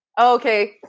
okay